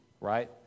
right